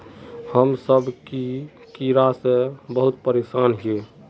हम सब की कीड़ा से बहुत परेशान हिये?